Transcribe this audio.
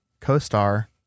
co-star